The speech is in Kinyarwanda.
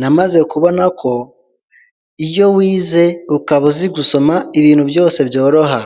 Namaze kubona ko iyo wize, ukaba uzi gusoma, ibintu byose byoroha,